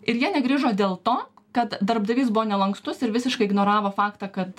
ir jie negrįžo dėl to kad darbdavys buvo nelankstus ir visiškai ignoravo faktą kad